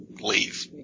leave